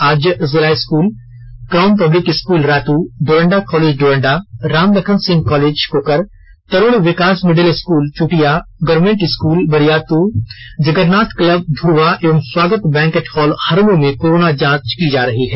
आज जिला school crown public school रात Doranda college Doranda Ram Lakhan Singh college Tarun Vikas middle school Chutia government school Bariatu Jagannath club Dhurwa एवं स्वागत बैक्वटे हॉल हरमू में कोरोना जांच की जा रही है